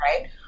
Right